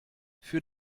für